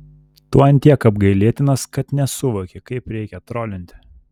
tu ant tiek apgailėtinas kad nesuvoki kaip reikia trolinti